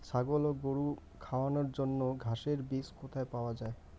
ছাগল ও গরু খাওয়ানোর জন্য ঘাসের বীজ কোথায় পাওয়া যায়?